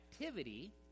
activity